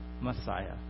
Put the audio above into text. Messiah